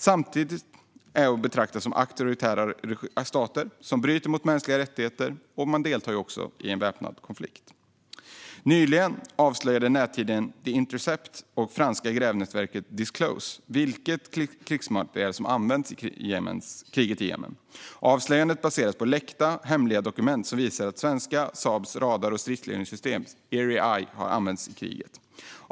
Samtliga är att betrakta som auktoritära stater som bryter mot de mänskliga rättigheterna, och de deltar också i en väpnad konflikt. Nyligen avslöjade nättidningen The Intercept och det franska grävnätverket Disclose vilken krigsmateriel som används i kriget i Jemen. Avslöjandet baseras på läckta hemliga dokument som visar att svenska Saabs radar och stridsledningssystem Erieye har använts i kriget.